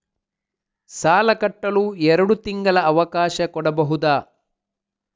ಸಾಲ ಕಟ್ಟಲು ಎರಡು ತಿಂಗಳ ಅವಕಾಶ ಕೊಡಬಹುದಾ?